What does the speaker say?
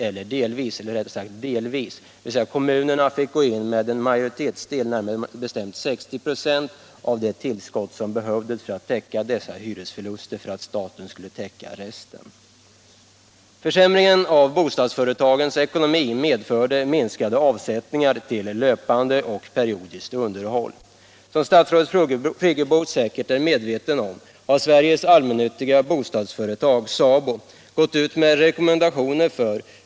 Kommunerna fick 14 april 1977 gå in med en majoritetsdel, närmare bestämt 60 96, av det tillskott som behövdes för att täcka dessa hyresförluster, och staten täckte resten. Om de allmännytti Försämringen av bostadsföretagens ekonomi medförde minskade av = ga bostadsföretasättningar till löpande och periodiskt underhåll. Som statsrådet Friggebo gens ekonomiska säkert är medveten om har Sveriges Allmännyttiga Bostadsföretag SABO = problem gått ut med rekommendationer om.